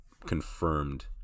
confirmed